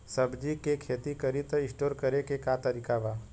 सब्जी के खेती करी त स्टोर करे के का तरीका बा?